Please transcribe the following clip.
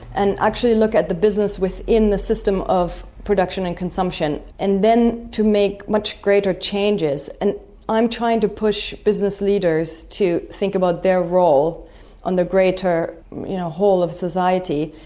and actually look at the business within the system of production and consumption, and then to make much greater changes. and i'm trying to push business leaders to think about their role on the greater whole of society,